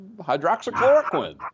hydroxychloroquine